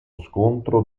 scontro